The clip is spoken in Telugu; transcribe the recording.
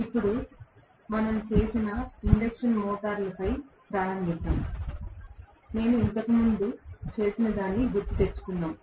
ఇప్పుడు మనం చేసిన ఇండక్షన్ మోటారులపై ప్రారంభిద్దాం నేను ఇంతకు ముందు చేసినదాన్ని గుర్తుకు తెచ్చుకుంటాము